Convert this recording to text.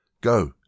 Go